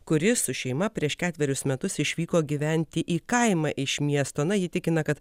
kuri su šeima prieš ketverius metus išvyko gyventi į kaimą iš miesto na ji tikina kad